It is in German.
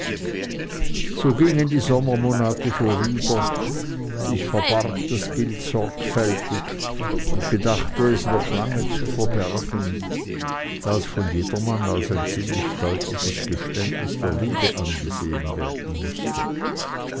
so gingen die sommermonate vorüber ich verbarg das bild sorgfältig und gedachte es noch lange zu verbergen da es von jedermann als ein ziemlich deutliches geständnis der liebe angesehen werden mußte